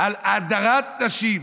על הדרת נשים.